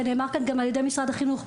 ונאמר כאן גם על ידי משרד החינוך,